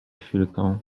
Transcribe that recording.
chwilkę